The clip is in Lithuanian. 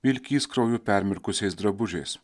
vilkįs krauju permirkusiais drabužiais